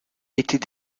était